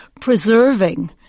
preserving